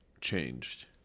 changed